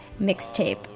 mixtape